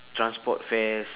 transport fares